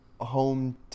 home